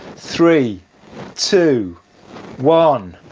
three two one